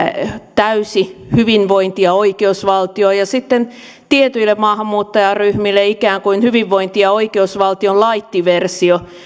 täysi hyvinvointi ja oikeusvaltio ja sitten tietyille maahanmuuttajaryhmille ikään kuin hyvinvointi ja oikeusvaltion light versio